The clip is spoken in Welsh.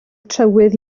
trywydd